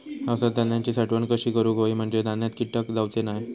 पावसात धान्यांची साठवण कशी करूक होई म्हंजे धान्यात कीटक जाउचे नाय?